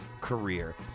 career